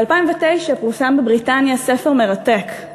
ב-2009 פורסם בבריטניה ספר מרתק,